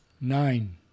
nine